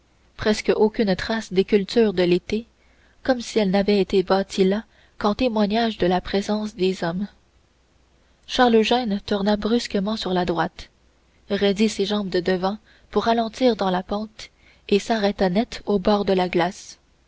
presque aucune trace des cultures de l'été comme si elles n'avaient été bâties là qu'en témoignage de la présence des hommes charles eugène tourna brusquement sur la droite raidit ses jambes de devant pour ralentir dans la pente et s'arrêta net au bord de la glace